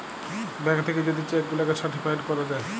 bank থাকে যদি cheque গুলাকে সার্টিফাইড করা যায়